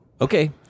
Okay